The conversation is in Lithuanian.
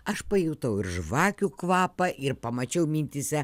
aš pajutau ir žvakių kvapą ir pamačiau mintyse